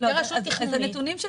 כרשות תכנונית,